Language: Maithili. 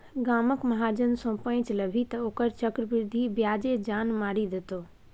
गामक महाजन सँ पैंच लेभी तँ ओकर चक्रवृद्धि ब्याजे जान मारि देतौ